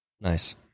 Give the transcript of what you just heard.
Nice